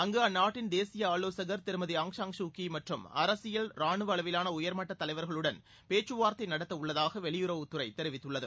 அங்கு அந்நாட்டின் தேசிய ஆலோசகர் திருமதி ஆங் சான் சூக்கி மற்றும் அரசியல் ராணுவ அளவிலாள உயர்மட்டத் தலைவர்களுடன் பேச்சுவார்த்தை நடத்த உள்ளதாக வெளியுறவுத்துறை தெரிவித்துள்ளது